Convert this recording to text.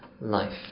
life